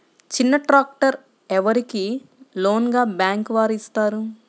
చిన్న ట్రాక్టర్ ఎవరికి లోన్గా బ్యాంక్ వారు ఇస్తారు?